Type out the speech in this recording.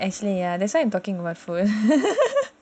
actually ya that's why I am talking about food